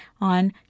on